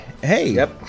Hey